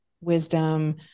wisdom